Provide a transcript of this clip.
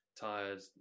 tired